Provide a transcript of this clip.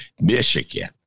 Michigan